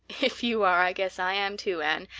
if you are i guess i am too, anne,